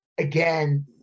Again